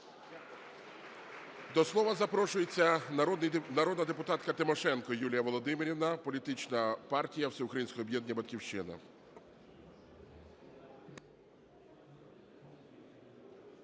До слова запрошується народна депутатка Тимошенко Юлія Володимирівна, політична партія "Всеукраїнського об'єднання "Батьківщина".